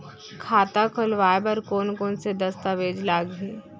खाता खोलवाय बर कोन कोन से दस्तावेज लागही?